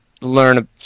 learn